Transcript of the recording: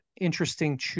interesting